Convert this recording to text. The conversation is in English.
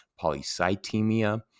Polycythemia